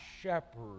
shepherd